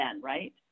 right